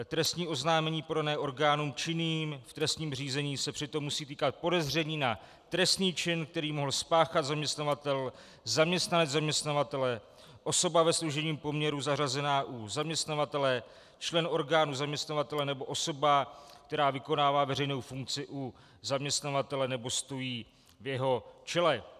Trestní oznámení podané orgánům činným v trestním řízení se přitom musí týkat podezření na trestný čin, který mohl spáchat zaměstnavatel, zaměstnanec zaměstnavatele, osoba ve služebním poměru zařazená u zaměstnavatele, člen orgánu zaměstnavatele nebo osoba vykonávající veřejnou funkci u zaměstnavatele nebo stojící v jeho čele.